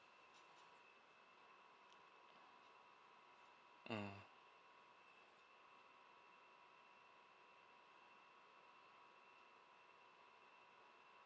mm